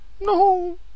No